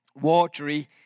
watery